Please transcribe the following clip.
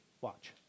Watch